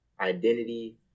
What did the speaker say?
identity